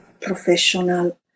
professional